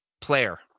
player